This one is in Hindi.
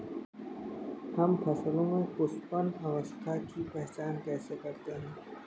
हम फसलों में पुष्पन अवस्था की पहचान कैसे करते हैं?